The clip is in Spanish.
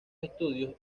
estudios